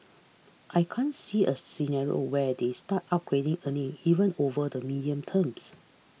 I can't see a scenario where they start upgrading earning even over the medium terms